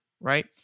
right